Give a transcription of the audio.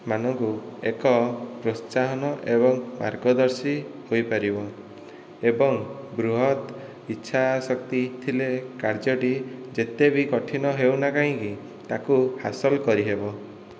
ମାନଙ୍କୁ ଏକ ପ୍ରୋତ୍ସାହନ ଏବଂ ମାର୍ଗଦର୍ଶୀ ହୋଇପାରିବ ଏବଂ ବୃହତ ଇଛାଶକ୍ତି ଥିଲେ କାର୍ଯ୍ୟଟି ଯେତେ ବି କଠିନ ହେଉନା କାହିଁକି ତାକୁ ହାସଲ କରିହେବ